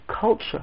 culture